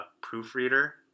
proofreader